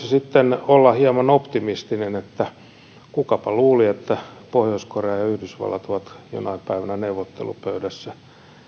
sitten olla hieman optimistinen kukapa luuli että pohjois korea ja yhdysvallat ovat jonain päivänä neuvottelupöydässä